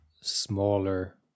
smaller